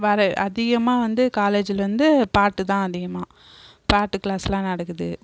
வர அதிகமாக வந்து காலேஜில் வந்து பாட்டு தான் அதிகமாக பாட்டு கிளாஸெலாம் நடக்குது